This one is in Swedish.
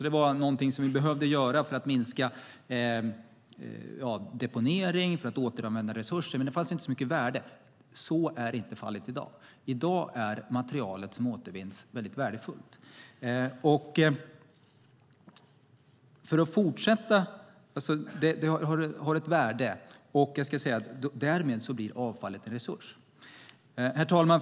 Det var någonting som vi behövde göra för att minska deponering och för att återanvända resurser. Men det fanns inte så mycket värde. Så är inte fallet i dag. I dag är det material som återvinns värdefullt. Det har ett värde, och därmed blir avfallet en resurs. Herr talman!